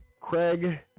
Craig